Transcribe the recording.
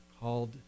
called